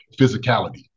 physicality